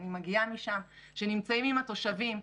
אני מגיעה משם שנמצאים עם התושבים,